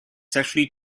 sexually